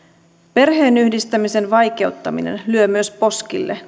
perheenyhdistämisen vaikeuttaminen lyö poskille